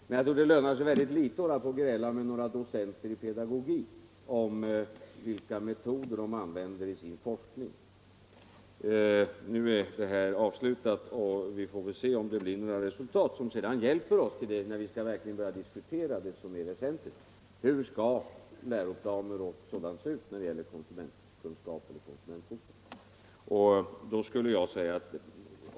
Men jag tror att det lönar sig väldigt litet att gräla med några docenter i pedagogik om vilka metoder de använder i sin forskning. 17 Nu är detta projekt avslutat, och vi får väl se om det blir några resultat som hjälper oss när vi skall börja diskutera det som är väsentligt — hur läroplaner och sådant skall se ut när det gäller konsumentkunskap.